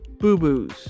boo-boos